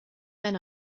men